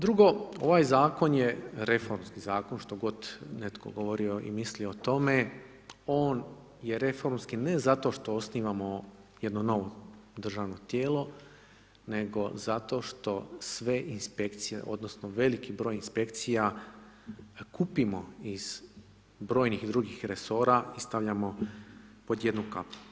Drugo ovaj zakon je reformski zakon, što god netko govorio i mislio o tome, on je reformski, ne zato što osnovno jedno novo državno tijelo, nego zato što sve inspekcije, odnosno, veliki br. inspekcija kupimo iz brojnih drugih resora i stavljamo pod 1 kapu.